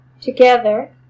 Together